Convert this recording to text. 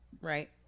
right